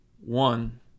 one